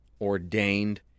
ordained